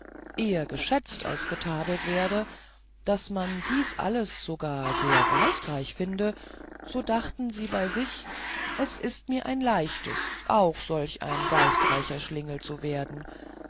eher geschätzt als getadelt werde daß man dies alles sogar sehr geistreich finde so dachten sie bei sich es ist mir ein leichtes auch solch ein geistreicher schlingel zu werden